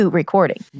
recording